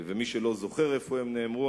ומי שלא זוכר איפה הם נאמרו,